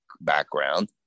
background